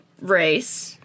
race